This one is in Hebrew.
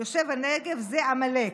יושב הנגב זה עמלק.